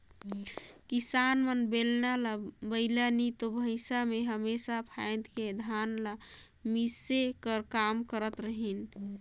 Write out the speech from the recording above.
किसान मन बेलना ल बइला नी तो भइसा मे हमेसा फाएद के धान ल मिसे कर काम करत रहिन